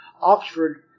Oxford